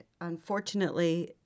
unfortunately